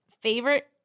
favorite